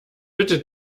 bitte